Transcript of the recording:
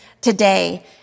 today